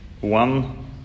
One